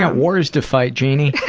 yeah wars to fight jeanie.